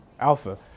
Alpha